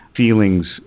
feelings